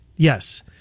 Yes